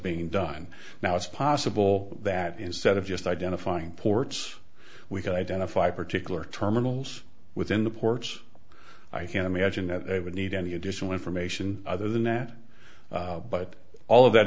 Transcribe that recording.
being done now it's possible that instead of just identifying ports we can identify particular terminals within the ports i can imagine that they would need any additional information other than that but all of that